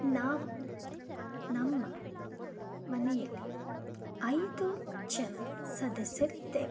ನಾವು ನಮ್ಮ ಮನೆಯಲ್ಲಿ ಐದು ಜನ ಸದಸ್ಯರಿದ್ದೇವೆ